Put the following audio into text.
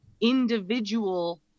individual